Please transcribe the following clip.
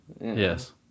Yes